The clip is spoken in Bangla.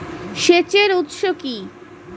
সেচের উৎস কি?